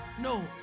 no